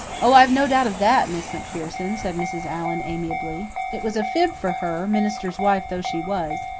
oh, i've no doubt of that, miss macpherson, said mrs. allan amiably. it was a fib for her, minister's wife though she was.